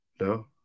No